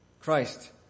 Christ